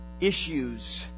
issues